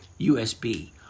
USB